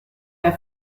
der